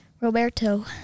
Roberto